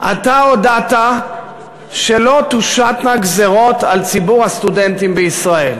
אתה הודעת שלא תושתנה גזירות על ציבור הסטודנטים בישראל,